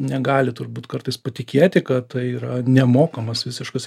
negali turbūt kartais patikėti kad tai yra nemokamas visiškas